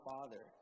Father